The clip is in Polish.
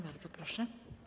Bardzo proszę.